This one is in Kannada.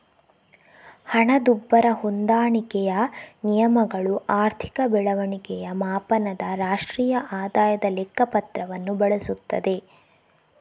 ಹಣದುಬ್ಬರ ಹೊಂದಾಣಿಕೆಯ ನಿಯಮಗಳು ಆರ್ಥಿಕ ಬೆಳವಣಿಗೆಯ ಮಾಪನದ ರಾಷ್ಟ್ರೀಯ ಆದಾಯದ ಲೆಕ್ಕ ಪತ್ರವನ್ನು ಬಳಸುತ್ತದೆ